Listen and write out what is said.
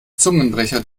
zungenbrecher